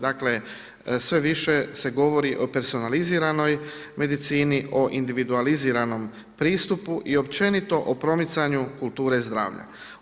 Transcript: Dakle sve više se govori o personaliziranoj medicini, o individualiziranom pristupu i općenito o promicanju kulture zdravlja.